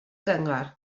gyngor